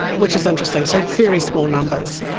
which is interesting. so very small numbers,